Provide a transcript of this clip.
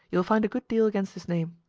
you will find a good deal against his name.